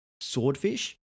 swordfish